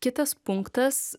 kitas punktas